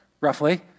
roughly